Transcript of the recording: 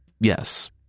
yes